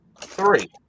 Three